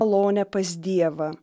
malonę pas dievą